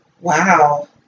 Wow